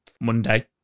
Monday